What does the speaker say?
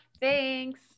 Thanks